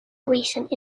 recent